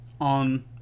on